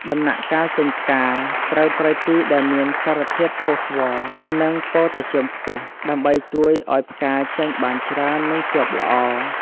ដំណាក់កាលចេញផ្កា ត្រូវប្រើជីដែលមានសារធាតុ ផូស្វ័រ និង ប៉ូតាស្យូមខ្ពស់ ដើម្បីជួយឱ្យផ្កាចេញបានច្រើន និងជាប់ល្អ។